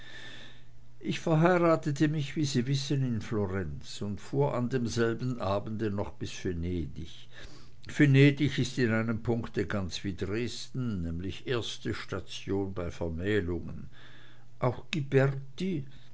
ich verheiratete mich wie sie wissen in florenz und fuhr an demselben abende noch bis venedig venedig ist in einem punkte ganz wie dresden nämlich erste station bei vermählungen auch